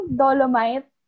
dolomite